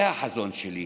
זה החזון שלי.